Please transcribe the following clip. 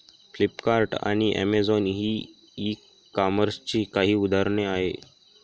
Flipkart आणि Amazon ही e कॉमर्सची काही उदाहरणे आहे